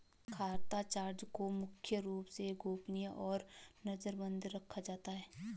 खाता चार्ट को मुख्य रूप से गोपनीय और नजरबन्द रखा जाता है